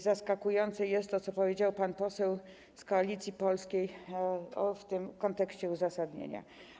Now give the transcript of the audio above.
Zaskakujące jest to, co powiedział pan poseł z Koalicji Polskiej, w kontekście uzasadnienia.